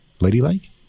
Ladylike